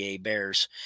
bears